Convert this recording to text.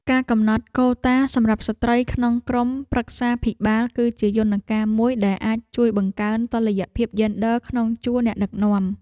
ការកំណត់កូតាសម្រាប់ស្ត្រីក្នុងក្រុមប្រឹក្សាភិបាល គឺជាយន្តការមួយដែលអាចជួយបង្កើនតុល្យភាពយេនឌ័រក្នុងជួរអ្នកដឹកនាំ។